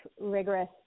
rigorous